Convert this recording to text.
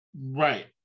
Right